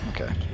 okay